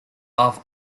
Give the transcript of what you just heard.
off